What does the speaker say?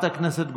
חברת הכנסת גולן,